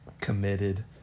committed